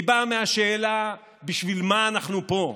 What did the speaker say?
היא באה מהשאלה בשביל מה אנחנו פה.